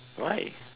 why